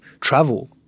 travel